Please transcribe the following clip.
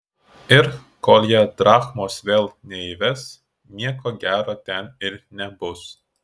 ir kol jie drachmos vėl neįves nieko gero ten ir nebus